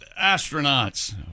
astronauts